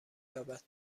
یابد